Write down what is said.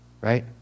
right